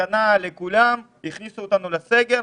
סכנה לכולם, הכניסו אותנו לסגר.